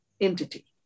entity